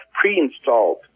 pre-installed